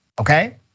okay